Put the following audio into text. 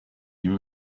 you